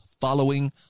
Following